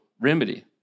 remedy